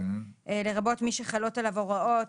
"לרבות מי שחלות עליו הוראות",